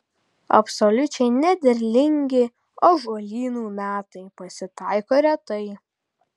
absoliučiai nederlingi ąžuolynų metai pasitaiko retai